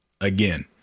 again